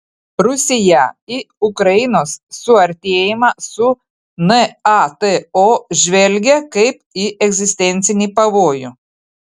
rusiją į ukrainos suartėjimą su nato žvelgia kaip į egzistencinį pavojų